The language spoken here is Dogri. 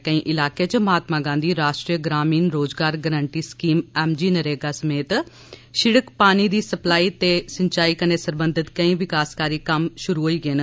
केई इलाकें च महात्मा गांधी राष्ट्री ग्रामीण रोजगार गरंटी स्कीम मनरेगा समेज शिडक पानी दी सप्लाई ते सिंचाई कन्नै सरबंधत कोई विकासकारी कम्म शुरु होई गे न